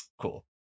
cool